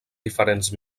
diferents